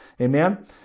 Amen